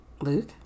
Luke